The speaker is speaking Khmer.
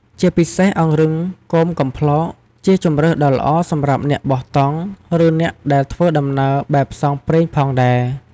ជាពិសេសអង្រឹងគមកំប្លោកជាជម្រើសដ៏ល្អសម្រាប់អ្នកបោះតង់ ឬអ្នកដែលធ្វើដំណើរបែបផ្សងព្រេងផងដែរ។